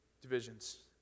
Divisions